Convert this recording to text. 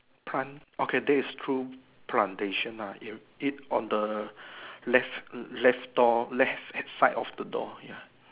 plant okay there is two plantation nah it on the left left door left side of the door ya